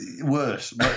Worse